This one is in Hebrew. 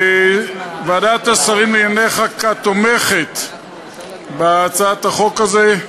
ועדת השרים לענייני חקיקה תומכת בהצעת החוק הזאת,